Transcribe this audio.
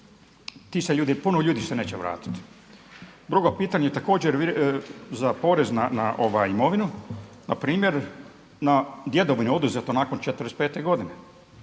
ti se ljudi, puno se ljudi neće vratiti. Drugo pitanje također za porez na imovinu, npr. na djedovinu oduzetu nakon 45. godine.